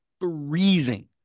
freezing